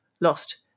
lost